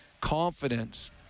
confidence